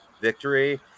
victory